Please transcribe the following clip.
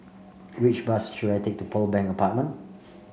which bus should I take to Pearl Bank Apartment